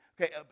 Okay